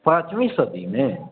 पाँचवी सदी मे